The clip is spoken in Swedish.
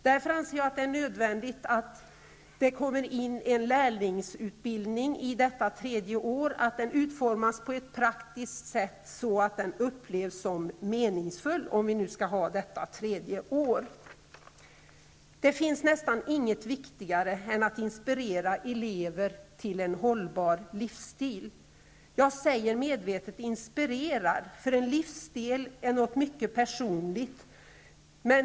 Därför anser jag att det är nödvändigt att det kommer till stånd en lärlingsutbildning under detta tredje år och att denna utformas på ett praktiskt sätt, så att den upplevs som meningsfull, om vi nu skall ha detta tredje år. Det finns nästan ingenting viktigare än att inspirera elever till en hållbar livsstil. Jag säger medvetet ''inspirera'', för en livsstil är någonting mycket personligt.